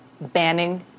banning